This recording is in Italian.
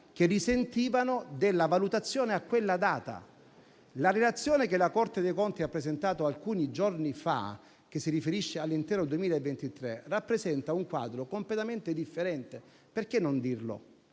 che risentivano della valutazione a quella data. La relazione che la Corte dei conti ha presentato alcuni giorni fa, che si riferisce all'intero 2023, rappresenta un quadro completamente differente. Perché non dirlo?